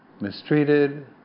mistreated